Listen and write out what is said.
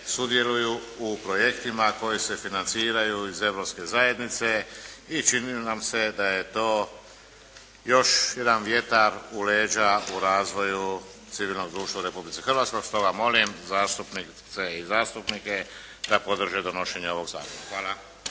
sudjeluju u projektima koji se financiraju iz Europske zajednice. I čini nam se da je to još jedan vjetar u leđa u razvoju civilnog društva u Republici Hrvatskoj, pa stoga molim zastupnice i zastupnike da podrže donošenje ovog zakona. Hvala.